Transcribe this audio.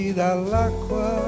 dall'acqua